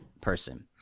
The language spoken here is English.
person